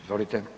Izvolite.